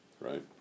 right